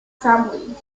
family